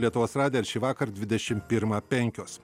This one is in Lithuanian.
lietuvos radiją ir šįvakar dvidešim pirmą penkios